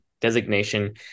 designation